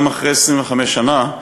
גם אחרי 25 שנה,